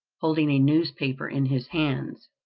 holding a newspaper in his hands.